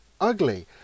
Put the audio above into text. ugly